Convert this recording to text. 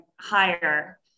higher